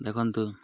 ଦେଖନ୍ତୁ